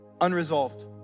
unresolved